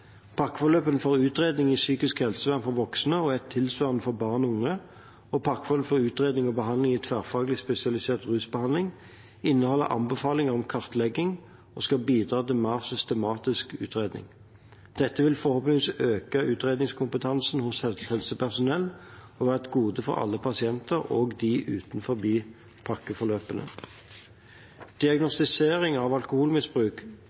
for utredning i psykisk helsevern for voksne og et tilsvarende for barn og unge, og pakkeforløp for utredning og behandling i tverrfaglig spesialisert rusbehandling, inneholder anbefalinger om kartlegging og skal bidra til mer systematisk utredning. Dette vil forhåpentligvis øke utredningskompetansen hos helsepersonell og være et gode for alle pasienter – også dem utenfor pakkeforløpene. Diagnostisering av alkoholmisbruk